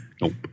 Nope